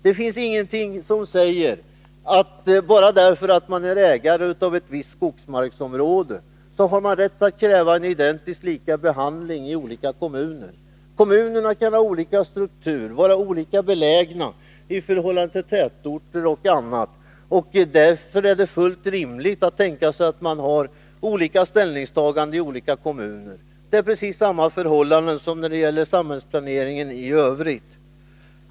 Det finns ingenting som säger att man bara därför att man är ägare av ett visst skogsmarksområde har rätt att kräva en identisk behandling i olika kommuner. Kommunerna kan ha olika struktur, vara olika belägna i förhållande till tätorter och annat. Därför är det fullt rimligt att tänka sig att man gör olika ställningstaganden i olika kommuner. Det är precis samma förhållanden som när det gäller samhällsplaneringen i övrigt.